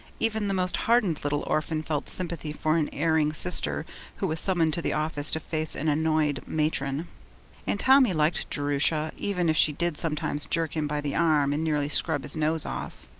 even the most hardened little orphan felt sympathy for an erring sister who was summoned to the office to face an annoyed matron and tommy liked jerusha even if she did sometimes jerk him by the arm and nearly scrub his nose off.